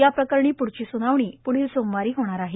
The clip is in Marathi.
या प्रकरणी पूढची सूनावणी पूढील सोमवारी होणार आहे